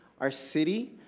our city,